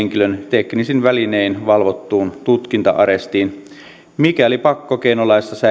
teknisin välinein valvottuun tutkinta arestiin mikäli pakkokeinolaissa säädetyt edellytykset täyttyisivät